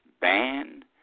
ban